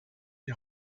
die